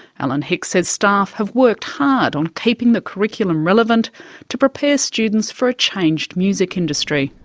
alan hicks says staff have worked hard on keeping the curriculum relevant to prepare students for a changed music industry.